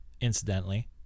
Incidentally